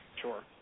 sure